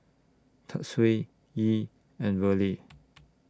Tatsuo Yee and Verle